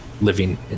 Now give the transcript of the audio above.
living